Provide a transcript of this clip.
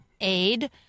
Aid